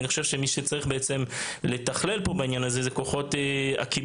אני חושב שמי שצריך לתכלל בעניין הזה הם כוחות הכיבוי